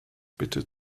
bitte